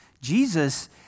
Jesus